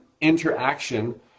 interaction